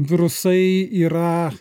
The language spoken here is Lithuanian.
virusai yra